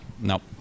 nope